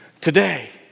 today